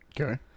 Okay